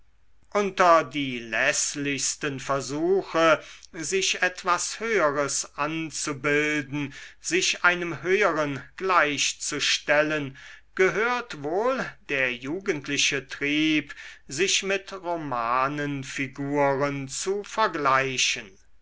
unter die läßlichsten versuche sich etwas höheres anzubilden sich einem höheren gleich zu stellen gehört wohl der jugendliche trieb sich mit romanenfiguren zu vergleichen